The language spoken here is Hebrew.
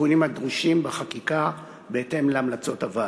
התיקונים הדרושים בחקיקה בהתאם להמלצות הוועדה.